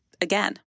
again